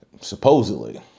Supposedly